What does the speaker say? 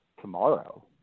tomorrow